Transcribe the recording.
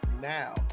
now